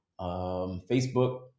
Facebook